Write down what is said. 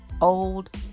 old